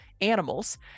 animals